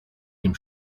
dem